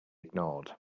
ignored